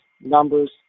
numbers